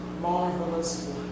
marvelous